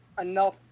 enough